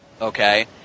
okay